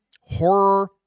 horror